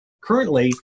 currently